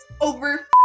over